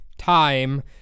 time